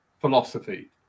philosophy